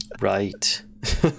right